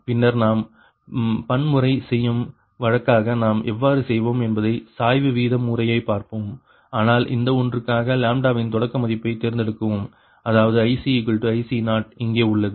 பின்னர் நாம் பன்முறை செய்யும் வழிக்காக நாம் எவ்வாறு செல்வோம் என்பதை சாய்வு வீத முறையை பார்ப்போம் ஆனால் இந்த ஒன்றுக்காக வின் தொடக்க மதிப்பை தேர்ந்தெடுக்கவும் அதாவது ICIC0 இங்கே உள்ளது